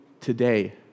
today